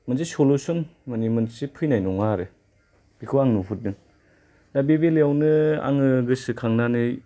मोनसे सलुशोन मानि मोनसे फैनाय नङा आरो बिखौ आङो नुहुरदों दा बे बेलायावनो आङो गोसोखांनानै